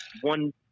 one